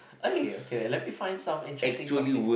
eh okay let me find some interesting topics